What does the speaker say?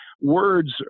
words